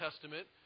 Testament